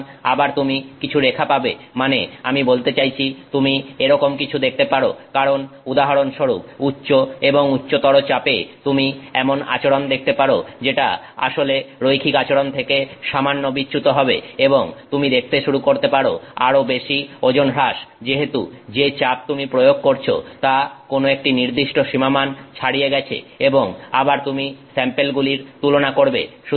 সুতরাং আবার তুমি কিছু রেখা পাবে মানে আমি বলতে চাইছি তুমি এরকম কিছু দেখতে পারো কারণ উদাহরণস্বরূপ উচ্চ এবং উচ্চতর চাপে তুমি এমন আচরন দেখতে পারো যেটা আসল রৈখিক আচরণ থেকে সামান্য বিচ্যুত হবে এবং তুমি দেখতে শুরু করতে পারো আরো বেশি ওজন হ্রাস যেহেতু যে চাপ তুমি প্রয়োগ করছো তা কোন একটি নির্দিষ্ট সীমামান ছাড়িয়ে গেছে এবং আবার তুমি স্যাম্পেলগুলির তুলনা করবে